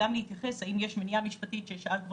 גם להתייחס האם יש מניעה משפטית עליה שאל כבר